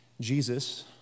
Jesus